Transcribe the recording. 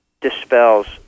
dispels